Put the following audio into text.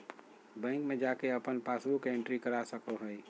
bank में जाके अपन पासबुक के एंट्री करा सको हइ